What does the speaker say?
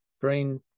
brain